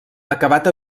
acabat